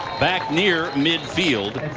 back near midfield.